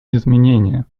изменения